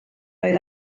oedd